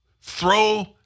throw